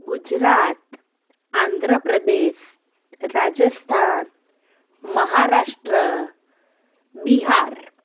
Gujarat Andhra Pradesh Rajasthan Maharashtra Bihar